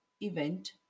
event